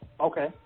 Okay